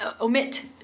omit